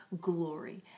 glory